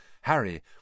Harry